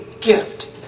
gift